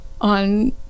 on